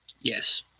Yes